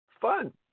fun